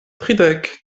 tridek